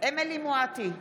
אמילי חיה מואטי,